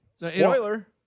Spoiler